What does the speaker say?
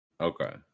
Okay